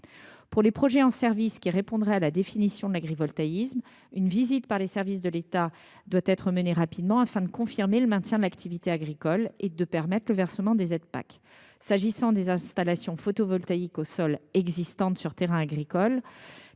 Pour les projets en service qui répondraient à la définition de l’agrivoltaïsme, une visite par les services de l’État devra être menée rapidement, afin de confirmer le maintien de l’activité agricole et de permettre le versement des aides de la PAC. En revanche, les installations photovoltaïques au sol sur terrain agricole,